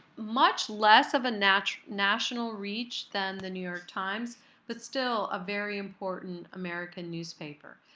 much less of a national national reach than the new york times but still a very important american newspaper.